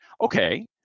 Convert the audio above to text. okay